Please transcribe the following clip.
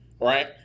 Right